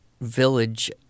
village